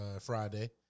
Friday